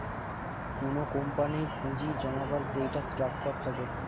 কুনো কোম্পানির পুঁজি জমাবার যেইটা স্ট্রাকচার থাকে